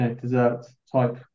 dessert-type